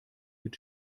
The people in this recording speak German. mit